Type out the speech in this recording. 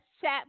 Chat